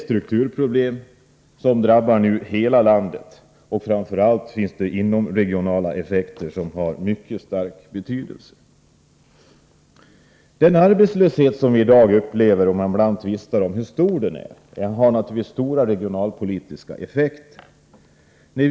Strukturproblemen drabbar hela landet. Framför allt har inomregionala effekter mycket stor betydelse. Den arbetslöshet som vi i dag upplever, och om vars storlek man ibland tvistar, har naturligtvis stora regionalpolitiska effekter.